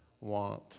want